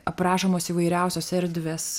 aprašomos įvairiausios erdvės